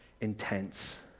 intense